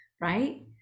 right